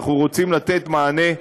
אנחנו רוצים לתת מענה כולל.